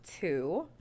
two